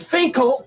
Finkel